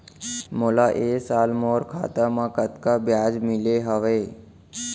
मोला ए साल मोर खाता म कतका ब्याज मिले हवये?